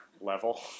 level